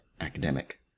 academic